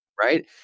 right